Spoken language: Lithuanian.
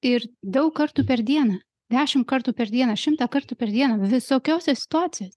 ir daug kartų per dieną dešim kartų per dieną šimtą kartų per dieną visokiose situacijos